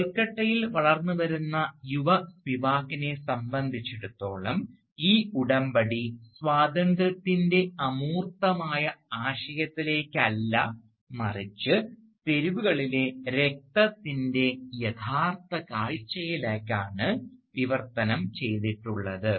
കൊൽക്കത്തയിൽ വളർന്നുവരുന്ന യുവ സ്പിവാക്കിനെ സംബന്ധിച്ചിടത്തോളം ഈ ഉടമ്പടി സ്വാതന്ത്ര്യത്തിൻറെ അമൂർത്തമായ ആശയത്തിലേക്ക് അല്ല മറിച്ച് തെരുവുകളിലെ രക്തത്തിൻറെ യഥാർത്ഥ കാഴ്ചയിലേക്കാണ് വിവർത്തനം ചെയ്തിട്ടുള്ളത്